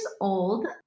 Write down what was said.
old